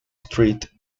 street